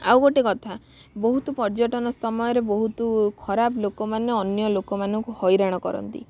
ଆଉ ଗୋଟେ କଥା ବହୁତ ପର୍ଯ୍ୟଟନ ସମୟରେ ବହୁତ ଖରାପ ଲୋକମାନେ ଅନ୍ୟ ଲୋକମାନଙ୍କୁ ହଇରାଣ କରନ୍ତି